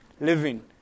living